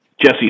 Jesse